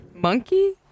Monkey